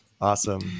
Awesome